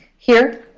here.